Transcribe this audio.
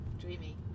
dreamy